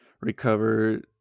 Recover